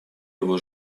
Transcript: его